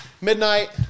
midnight